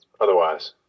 otherwise